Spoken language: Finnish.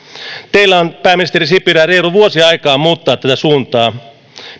teillä on pääministeri sipilä reilu vuosi aikaa muuttaa tätä suuntaa